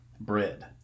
bread